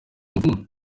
umupfumu